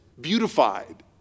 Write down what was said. beautified